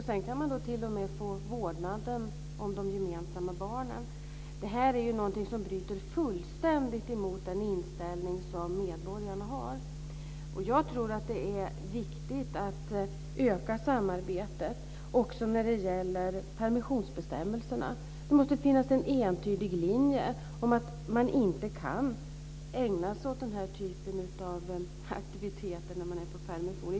Sedan kan man t.o.m. få vårdnaden om de gemensamma barnen. Det här är något som fullständigt bryter mot den inställning som medborgarna har. Jag tror att det är viktigt att öka samarbetet också när det gäller permissionsbestämmelserna. Det måste finnas en entydig linje om att man inte kan ägna sig åt den här typen av aktiviteter när man är på permission.